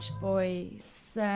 Boys